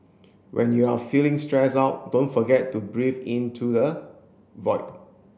when you are feeling stressed out don't forget to breathe into the void